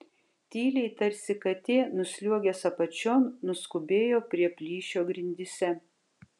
tyliai tarsi katė nusliuogęs apačion nuskubėjo prie plyšio grindyse